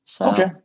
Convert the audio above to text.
Okay